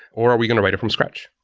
or are we going to write it from scratch?